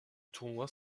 tournoi